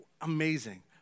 amazing